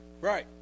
Right